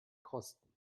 kosten